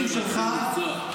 אתה רוצה תשובות.